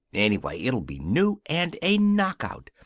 anyway, it'll be new, and a knockout.